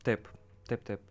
taip taip taip